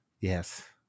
Yes